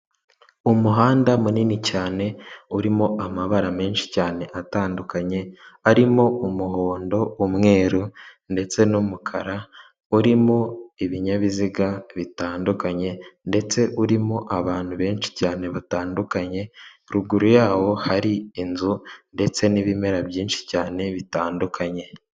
Umuhanda munini cyane urimo amabara menshi cyane atandukanye arimo umuhondo umweru ndetse n'umukara urimo ibinyabiziga bitandukanye ndetse urimo abantu benshi cyane batandukanye, ruguru yawo hari inzu ndetse n'ibimera byinshi cyane bitandukanye.